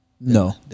No